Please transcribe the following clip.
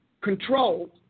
control